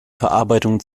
verarbeitung